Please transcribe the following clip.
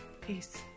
Peace